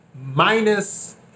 minus